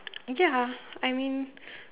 ya I mean